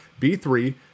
B3